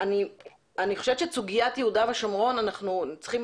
אני חושבת שאת סוגיית יהודה ושומרון אנחנו צריכים,